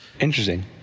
Interesting